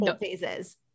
phases